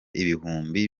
ibihumbi